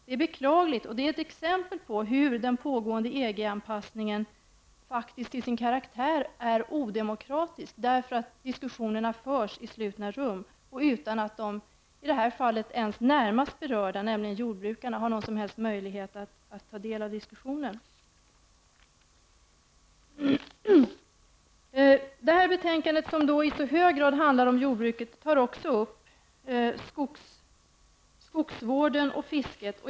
Det är beklagligt och ett exempel på hur den pågående EG-anpassningen till sin karaktär är odemokratisk, eftersom diskussionerna förs i slutna rum och utan att, som i det här fallet, ens de närmast berörda, nämligen jordbrukarna, har någon som helst möjlighet att ta del av diskussionen. Detta betänkande, som i så hög grad handlar om jordbruket, tar också upp skogsvården och fisket.